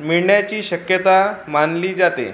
मिळण्याची शक्यता मानली जाते